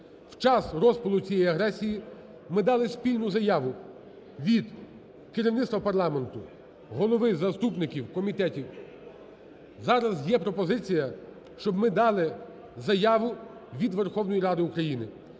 У час розпалу цієї агресії ми дали спільну заяву від керівництва парламенту, голови і заступників комітетів, зараз є пропозиція, щоб ми дали заяву від Верховної Ради України,